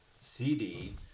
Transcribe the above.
CD